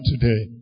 today